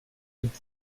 gibt